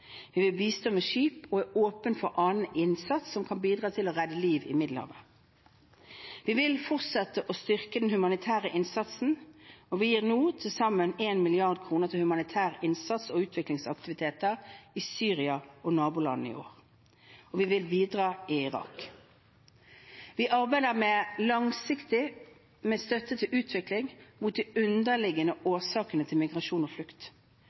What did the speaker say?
Vi vil bistå med skip og er åpne for annen innsats som kan bidra til å redde liv i Middelhavet. Vi vil fortsette å styrke den humanitære innsatsen, og vi gir nå til sammen 1 mrd. kr til humanitær innsats og utviklingsaktiviteter i Syria og nabolandene i år. Vi vil bidra i Irak. Vi arbeider langsiktig med støtte til utvikling, mot de underliggende årsakene til migrasjon og flukt.